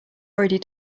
already